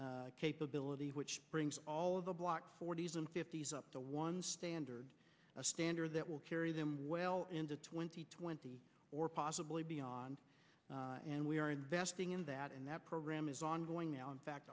capability which brings all of the black forty's and fifty's up to one standard a standard that will carry them well into twenty twenty or possibly beyond and we are investing in that in that program is ongoing now in fact